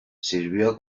sirvió